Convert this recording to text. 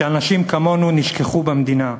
שאנשים כמונו נשכחו במדינה.